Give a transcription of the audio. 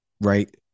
right